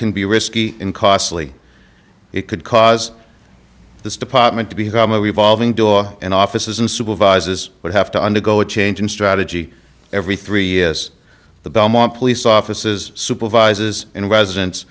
can be risky and costly it could cause this department to become a revolving door and offices and supervises would have to undergo a change in strategy every three is the belmont police offices supervises and